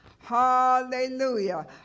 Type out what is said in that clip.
hallelujah